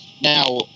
Now